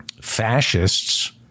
Fascists